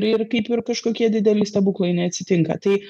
ir kaip ir kažkokie dideli stebuklai neatsitinka tai